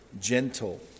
gentle